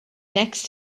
next